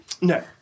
No